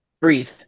breathe